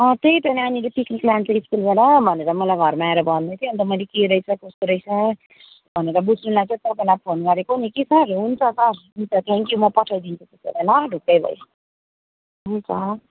अँ त्यही त नानीले पिक्निक लान्छ स्कुलबाट भनेर मलाई घरमा आएर भन्दै थियो अन्त मैले के रहेछ कसो रहेछ भनेर बुझ्नु लागि तपाईँलाई फोन गरेको नि कि सर हुन्छ सर हुन्छ थ्याङ्क्यु म पठाइदिन्छु त्यसो भए ल ढुकैले हुन्छ